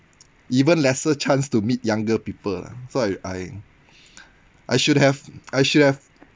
even lesser chance to meet younger people lah so I I I should have I should have